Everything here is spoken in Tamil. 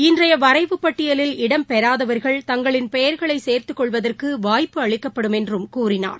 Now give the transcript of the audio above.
இன்றையவரைவு பட்டியலில் இடம் பெறாதவர்கள் தங்களின் பெயர்களைசேர்த்தகொள்வதற்குவாய்ப்பு அளிக்கப்படும் என்றும் கூறினார்